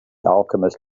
alchemist